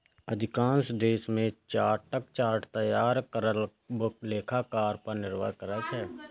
अधिकांश देश मे खाताक चार्ट तैयार करब लेखाकार पर निर्भर करै छै